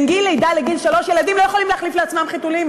מגיל לידה עד גיל שלוש ילדים לא יכולים להחליף לעצמם חיתולים,